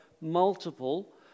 multiple